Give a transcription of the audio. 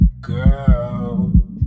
Girl